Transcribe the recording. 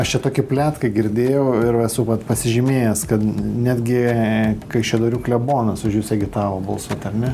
aš čia tokį pletką girdėjau ir esu vat pasižymėjęs kad netgi kaišiadorių klebonas už jus agitavo balsuot ar ne